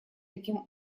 таким